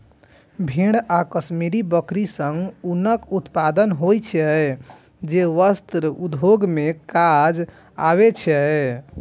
भेड़ आ कश्मीरी बकरी सं ऊनक उत्पादन होइ छै, जे वस्त्र उद्योग मे काज आबै छै